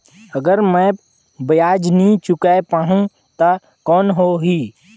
अगर मै ब्याज नी चुकाय पाहुं ता कौन हो ही?